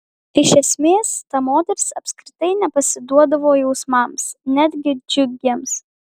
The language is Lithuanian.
iš esmės ta moteris apskritai nepasiduodavo jausmams netgi džiugiems